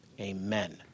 Amen